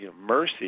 mercy